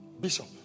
bishop